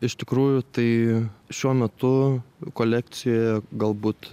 iš tikrųjų tai šiuo metu kolekcijoje galbūt